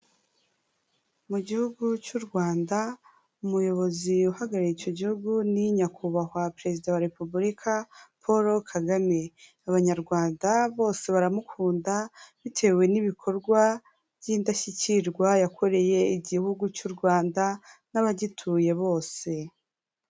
Mu gihugu cy'u Rwanda umuyobozi uhagarariye icyo gihugu, ni nyakubahwa Perezida wa Repubulika Paul Kagame, abanyarwanda bose baramukunda bitewe n'ibikorwa by'indashyikirwa yakoreye igihugu cy'u Rwanda n'abagituye bose.